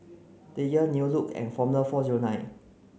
Dreyers New Look and Formula four zero nine